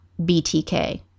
BTK